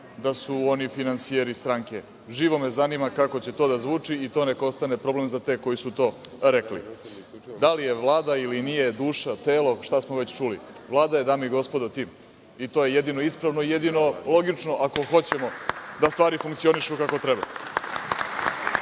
li su oni finansijeri stranke. Živo me zanima kako će to da zvuči i to neka ostane problem za te koji su to rekli. Da li je Vlada ili nije duša, telo, šta smo već čuli, Vlada je, dame i gospodo, tim i to je jedino ispravno i jedino logično ako hoćemo da stvari funkcionišu kako treba.